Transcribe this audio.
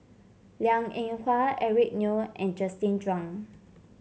Liang Eng Hwa Eric Neo and Justin Zhuang